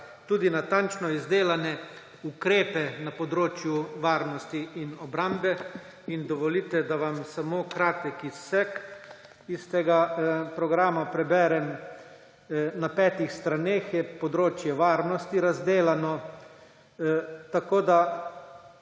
tudi natančno izdelane ukrepe na področju varnosti in obrambe. In dovolite, da vam samo kratek izsek iz tega programa preberem. Na petih straneh je področje varnosti razdelano in v